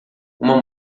uma